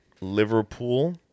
liverpool